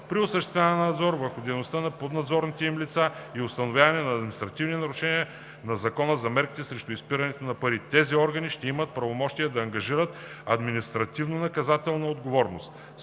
При осъществяването на надзор върху дейността на поднадзорните им лица и установяване на административни нарушения на Закона за мерките срещу изпирането на пари, тези органи ще имат правомощия да ангажират административнонаказателна отговорност.